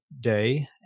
day